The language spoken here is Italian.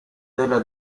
della